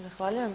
Zahvaljujem.